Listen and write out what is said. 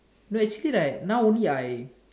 no actually like know only I